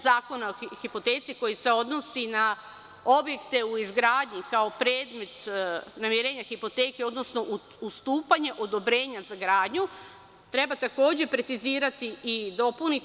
Zakona o hipoteci, koji se odnosi na objekte u izgradnji kao predmet namirenja hipoteke, odnosno ustupanje odobrenja za gradnju, treba takođe precizirati i dopuniti.